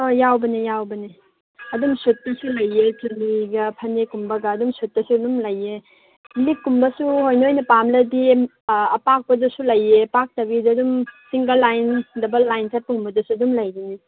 ꯍꯣꯏ ꯌꯥꯎꯕꯅꯤ ꯌꯥꯎꯕꯅꯤ ꯑꯗꯨꯝ ꯁꯨꯠꯇꯁꯨ ꯂꯩꯌꯦ ꯆꯨꯅꯤꯒ ꯐꯅꯦꯛ ꯀꯨꯝꯕꯒ ꯑꯗꯨꯝ ꯁꯨꯠꯇꯁꯨ ꯑꯗꯨꯝ ꯂꯩꯌꯦ ꯂꯤꯛ ꯀꯨꯝꯕꯁꯨ ꯍꯣꯏ ꯅꯣꯏꯅ ꯄꯥꯝꯂꯗꯤ ꯑꯥ ꯑꯄꯥꯛꯄꯗꯁꯨ ꯂꯩꯌꯦ ꯄꯥꯛꯇꯕꯤꯗ ꯑꯗꯨꯝ ꯁꯤꯡꯒꯜ ꯂꯥꯏꯟ ꯗꯕꯜ ꯂꯥꯏꯟ ꯆꯠꯄꯒꯨꯝꯕꯗꯁꯨ ꯑꯗꯨꯝ ꯂꯩꯒꯅꯤ